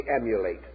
emulate